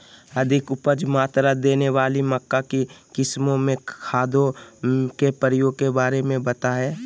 अधिक उपज मात्रा देने वाली मक्का की किस्मों में खादों के प्रयोग के बारे में बताएं?